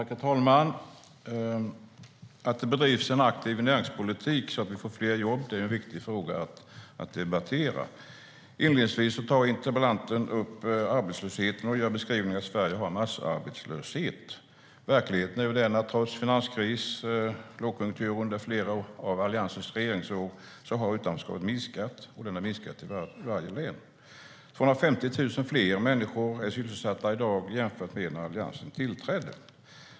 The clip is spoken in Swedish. Herr talman! Att det bedrivs en aktiv näringspolitik så att vi får fler jobb är en viktig fråga att debattera. Inledningsvis tar interpellanten upp arbetslösheten och gör beskrivningen att Sverige har massarbetslöshet. Verkligheten är ju den att trots finanskris och lågkonjunktur under flera av Alliansens regeringsår har utanförskapet minskat. Det har minskat i varje län. 250 000 fler människor är sysselsatta i dag jämfört med när Alliansen tillträdde.